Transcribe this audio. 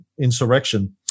insurrection